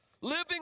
living